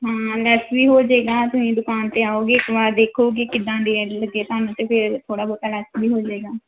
ਹਾਂ ਲੈਸ ਵੀ ਹੋ ਜਾਏਗਾ ਤੁਸੀਂ ਦੁਕਾਨ 'ਤੇ ਆਓਗੇ ਇੱਕ ਵਾਰ ਵੇਖੋਗੇ ਕਿੱਦਾਂ ਦੇ ਲੱਗੇ ਤਾਂ ਥੋੜ੍ਹਾ ਬਹੁਤਾ ਲੈਸ ਵੀ ਹੋ ਜਾਵੇਗਾ